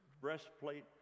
breastplate